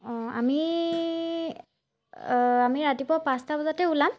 অঁ আমি আমি ৰাতিপুৱা পাঁচটা বজাতে ওলাম